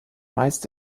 meist